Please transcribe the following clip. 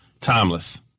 Timeless